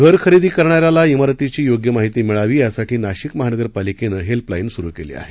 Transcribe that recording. घर खरेदी करणाऱ्याला शिरतीची योग्य माहिती मिळावी यासाठी नाशिक महानगरपालिकेनं हेल्पलाईन सुरू केली आहे